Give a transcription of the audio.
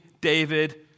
David